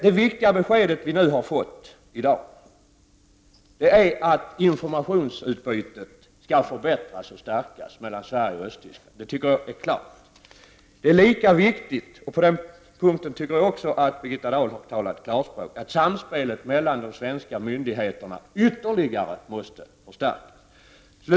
Det viktiga beskedet vi nu har fått i dag är att informationsutbytet mellan Sverige och Östtyskland skall stärkas och förbättras. Jag tycker att Birgitta Dahl har talat klarspråk om att samspelet mellan de svenska myndigheterna ytterligare måste förstärkas.